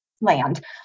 land